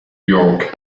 york